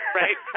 right